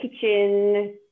kitchen